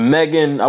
Megan